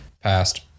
passed